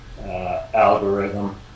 algorithm